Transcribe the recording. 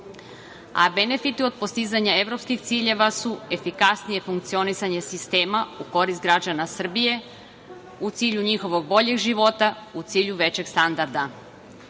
a benefiti od postizanja evropskih ciljeva su efikasnije funkcionisanje sistema u korist građana Srbije u cilju njihovog boljeg života, u cilju većeg standarda. Evropska